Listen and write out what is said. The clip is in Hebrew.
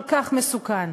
כל כך מסוכן.